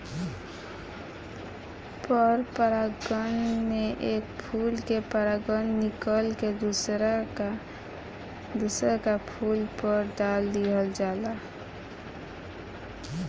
पर परागण में एक फूल के परागण निकल के दुसरका फूल पर दाल दीहल जाला